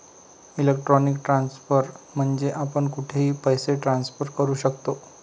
electronic transfer म्हणजे आपण कुठेही पैसे ट्रान्सफर करू शकतो